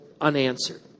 unanswered